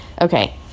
Okay